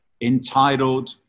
entitled